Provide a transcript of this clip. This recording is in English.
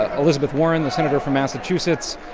ah elizabeth warren, the senator from massachusetts,